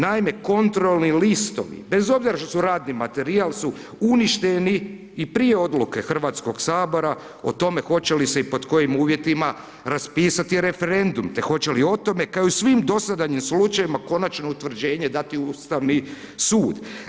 Naime, kontrolni listovi, bez obzira što su radni materijal, su uništeni i prije odluke HS o tome hoće li se i pod kojim uvjetima raspisati referendum, te hoće li o tome, kao i u svim dosadašnjim slučajevima, konačno utvrđenje dati Ustavni sud.